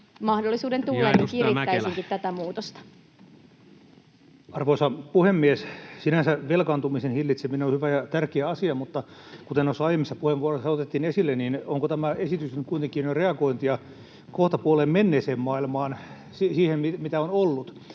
lainsäädännöksi Time: 14:18 Content: Arvoisa puhemies! Sinänsä velkaantumisen hillitseminen on hyvä ja tärkeä asia, mutta kuten noissa aiemmissa puheenvuoroissa otettiin esille, onko tämä esitys nyt kuitenkin reagointia kohtapuoleen menneeseen maailmaan: siihen, mitä on ollut,